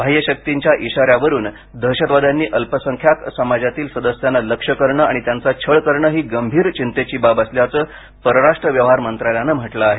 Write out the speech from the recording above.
बाह्यशक्तींच्या इशाऱ्यावरून दहशतवाद्यांनी अल्पसंख्याक समाजातील सदस्यांना लक्ष्य करणे आणि त्यांचा छळ करणे ही गंभीर चिंतेची बाब असल्याचं परराष्ट्र व्यवहार मंत्रालयानं म्हटलं आहे